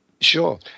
Sure